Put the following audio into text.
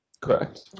Correct